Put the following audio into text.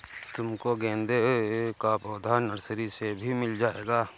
तुमको गेंदे का पौधा नर्सरी से भी मिल जाएगा